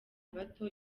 bato